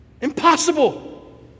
Impossible